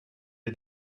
est